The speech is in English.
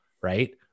right